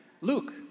Luke